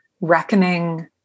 reckoning